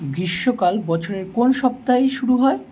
গ্রীষ্মকাল বছরের কোন সপ্তাহে শুরু হয়